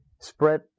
spread